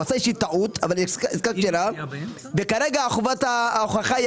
הוא עשה איזושהי טעות וכרגע חובת ההוכחה היא